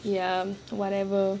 ya whatever